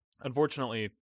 unfortunately